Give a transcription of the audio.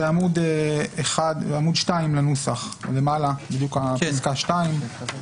בעמוד 2 לנוסח למעלה, פסקה (2).